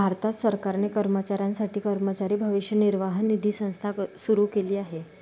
भारत सरकारने कर्मचाऱ्यांसाठी कर्मचारी भविष्य निर्वाह निधी संस्था सुरू केली आहे